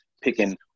picking